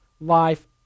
life